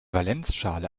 valenzschale